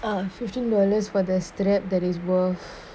ah fifteen dollars for the strap that is worth